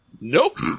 Nope